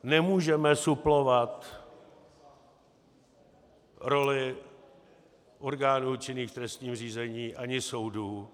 Nemůžeme suplovat roli orgánů činných v trestním řízení ani soudů.